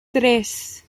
tres